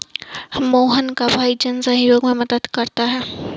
मोहन का भाई जन सहयोग में मदद करता है